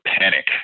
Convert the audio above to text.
panic